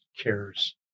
cares